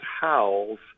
howls